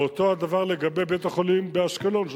ואותו הדבר לגבי בית-החולים באשקלון,